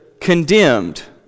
condemned